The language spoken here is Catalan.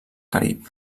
carib